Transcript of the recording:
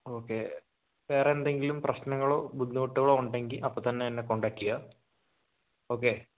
okay വേറെന്തെങ്കിലും പ്രശ്നങ്ങളോ ബുദ്ധിമുട്ടുകളോ ഉണ്ടെങ്കിൽ അപ്പോൾ തന്നെ എന്നെ കോൺടാക്റ്റ ചെയ്യാം ഓക്കെ